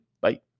Bye